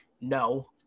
no